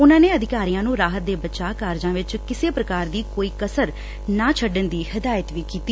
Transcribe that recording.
ਉਨੂਾਂ ਨੇ ਅਧਿਕਾਰੀਆਂ ਨੂੰ ਰਾਹਤ ਤੇ ਬਚਾਅ ਕਾਰਜਾਂ ਵਿੱਚ ਕਿਸੇ ਪ੍ਕਾਰ ਦੀ ਕੋਈ ਕਸਰ ਨਾ ਛੱਡਣ ਦੀ ਹਦਾਇਤ ਵੀ ਕੀਤੀ